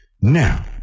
Now